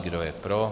Kdo je pro.